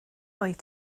wyt